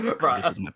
Right